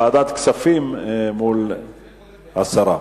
ועדת כספים מול הסרה.